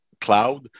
Cloud